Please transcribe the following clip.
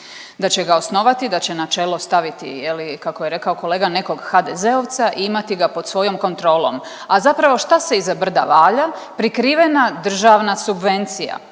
da će ga osnovati, da će na čelo staviti je li kako je rekao kolega nekog HDZ-ovca i imati ga pod svojom kontrolom. A zapravo što se iza brda valja? Prikrivena državna subvencija.